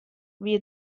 wie